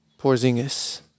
Porzingis